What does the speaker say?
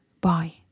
Bye